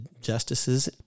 justices